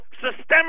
systemic